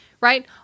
Right